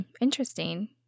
Interesting